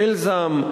אלזם,